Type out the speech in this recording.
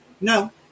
No